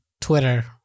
Twitter